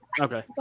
Okay